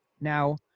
Now